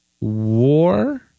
war